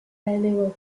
negociación